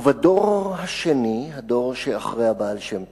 ובדור השני, הדור שאחרי הבעל שם טוב,